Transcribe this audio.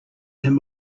him